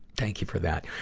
thank you for that.